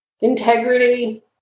Integrity